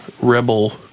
Rebel